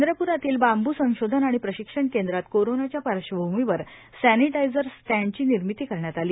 चंद्रप्रातील bamboo संशोधन आणि प्रशिक्षण केंद्रात कोरोनाच्या पार्श्वभूमीवर सॅनिटायजर स्टॅंडची निर्मिती करण्यात आली